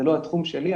זה לא התחום שלי.